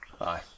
Aye